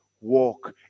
walk